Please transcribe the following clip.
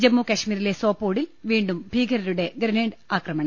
ജമ്മു കശ്മീരിലെ സോപോഡിൽ വീണ്ടും ഭീകരരുടെ ഗ്രനേഡ് ആക്രമണം